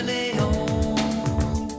Leon